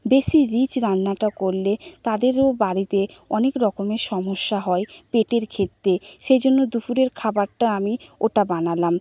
বেশি রিচ রান্নাটা করলে তাদেরও বাড়িতে অনেক রকমের সমস্যা হয় পেটের ক্ষেত্রে সেই জন্য দুপুরের খাবারটা আমি ওটা বানালাম